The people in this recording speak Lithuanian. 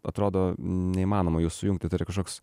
atrodo neįmanoma jų sujungti tai yra kažkoks